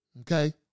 Okay